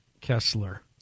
Kessler